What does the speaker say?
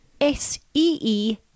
S-E-E